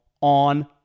on